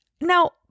now